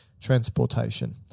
transportation